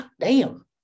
goddamn